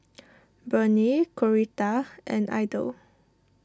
Burney Coretta and Idell